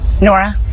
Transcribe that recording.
Nora